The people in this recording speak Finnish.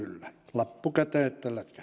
lappu käteen että lätkähtää